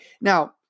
Now